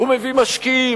הוא מביא משקיעים,